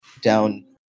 down